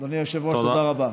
אדוני היושב-ראש, תודה רבה.